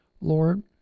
Lord